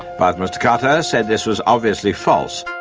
but mr carter said this was obviously false.